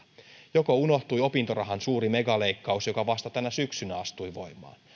joko unohtui opintorahan suuri megaleikkaus joka vasta tänä syksynä astui voimaan